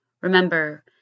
Remember